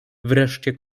wreszcie